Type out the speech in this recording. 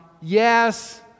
yes